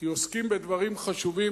כי עוסקים בדברים חשובים,